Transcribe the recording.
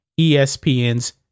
ESPN's